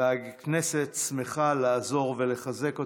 והכנסת שמחה לעזור ולחזק אותם.